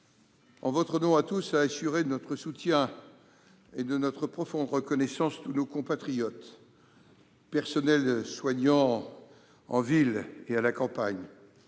en votre nom à tous, à assurer de notre soutien et de notre profonde reconnaissance tous nos compatriotes- en particulier les personnels soignants, en ville et à la campagne,